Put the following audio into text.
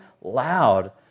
loud